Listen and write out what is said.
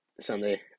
Sunday